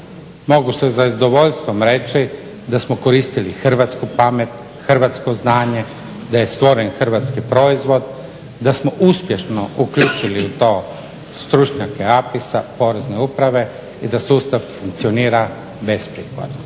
Mogu se sa zadovoljstvom reći da smo koristili hrvatsku pamet, hrvatsko znanje, da je stvoren hrvatski proizvod, da smo uspješno uključili u to stručnjake AFIS-a Porezne uprave i da sustav funkcionira besprijekorno